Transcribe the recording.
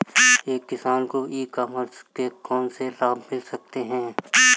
एक किसान को ई कॉमर्स के कौनसे लाभ मिल सकते हैं?